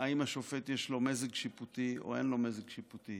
אם לשופט יש מזג שיפוטי או אין לו מזג שיפוטי,